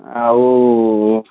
ଆଉ